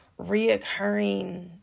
reoccurring